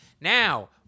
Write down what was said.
Now